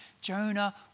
Jonah